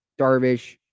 Darvish